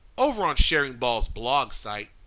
over on charing ball's blog site,